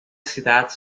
cidade